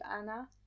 Anna